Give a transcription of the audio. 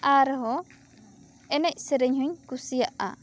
ᱟᱨ ᱦᱚᱸ ᱮᱱᱮᱡ ᱥᱮᱨᱮᱧ ᱦᱚᱧ ᱠᱩᱥᱤᱭᱟᱜᱼᱟ